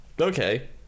okay